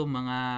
mga